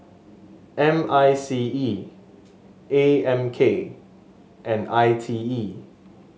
M I C E A M K and I T E